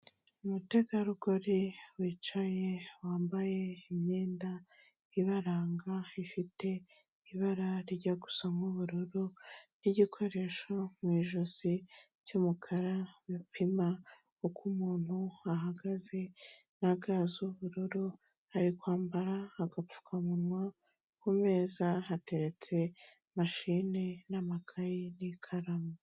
Umutegarugori wicaye wambaye imyenda ibaranga, ifite ibara ryijya gusa nk'ubururu n'igikoresho mu ijosi cy'umukara, bipima uko umuntu ahagaze na ga z'ubururu, ari kwambara agapfukamunwa, ku meza hateretse mashine n'amakaye n'ikaramu.